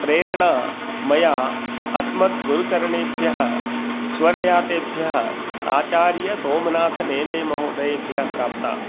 प्रेरणा मया अस्मत् गुरुचरणेभ्यः स्वरयातेभ्यः आचार्यसोमनाथनेनेमहोदयेभ्यः प्राप्ता